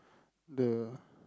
the